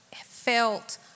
felt